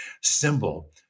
symbol